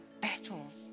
battles